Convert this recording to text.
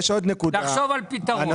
נחשוב על פתרון.